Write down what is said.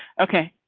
okay.